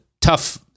tough